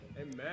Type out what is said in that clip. amen